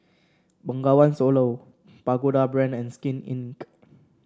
Bengawan Solo Pagoda Brand and Skin Inc